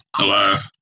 alive